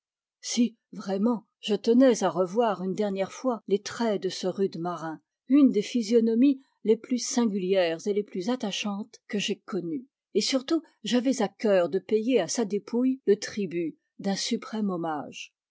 si vraiment je tenais à revoir une dernière fois les traits de ce rude marin une des physionomies les plus singulières et les plus attachantes que j'aie connues et surtout j'avais à cœur de payer a sa dépouille le tribut d'un suprême hommage